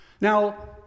Now